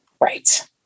Right